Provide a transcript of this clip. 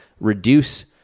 reduce